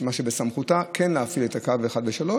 מה שבסמכותה, כן להפעיל את קווים 1 ו-3.